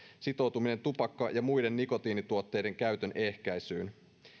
sitoutuminen tupakka ja muiden nikotiinituotteiden käytön ehkäisyyn